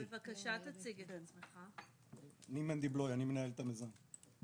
אני מנדי בלויא, אני מנהל את המיזם.